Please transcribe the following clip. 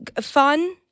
fun